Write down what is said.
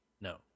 No